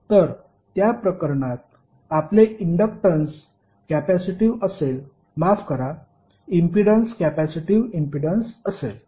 तर त्या प्रकरणात आपले इन्डक्टन्स कॅपेसिटिव असेल माफ करा इम्पीडन्स कॅपेसिटीव्ह इम्पीडन्स असेल